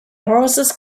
horses